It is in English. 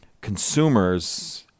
consumers